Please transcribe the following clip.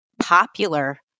popular